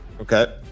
Okay